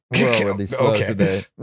Okay